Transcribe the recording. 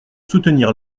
soutenir